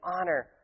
honor